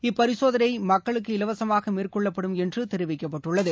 இப்பரிசோதனை மக்களுக்கு இலவசமாக மேற்கொள்ளப்படும் என்று தெரிவிக்கப்பட்டுள்ளது